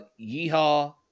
Yeehaw